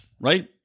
Right